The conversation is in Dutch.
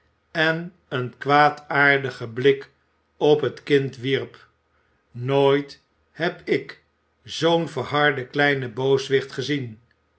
en een kwaadaardigen blik op het kind wierp nooit heb ik zoo'n verharden kleinen booswicht gezien